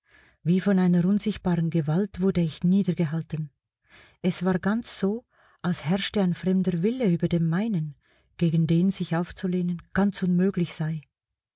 wie von einer unsichtbaren gewalt wurde ich niedergehalten es war ganz so als herrschte ein fremder wille über den meinen gegen den sich aufzulehnen ganz unmöglich sei